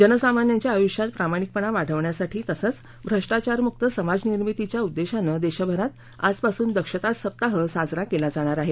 जनसामान्यांच्या आयुष्यात प्रामाणिकपणा वाढवण्यासाठी तसंच भ्रष्टाचारमुक्त समाज निर्मितीच्या उद्देशानं देशभरात आजपासून दक्षता सप्ताह साजरा केला जाणार आहे